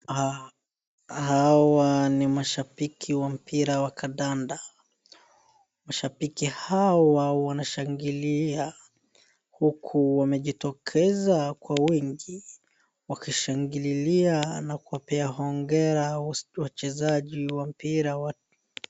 Hawa ni mashabiki wa mpira wa kadanda. Mashabiki hawa wanashangilia huku wamejitokeza kwa wingi, wakishangililia na kupea hongera wachezaji wa mpira.